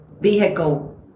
vehicle